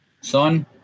son